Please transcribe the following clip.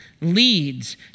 leads